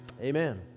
amen